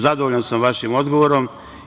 Zadovoljan sam vašim odgovorom.